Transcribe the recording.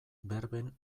berben